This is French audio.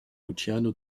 luciano